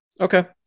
Okay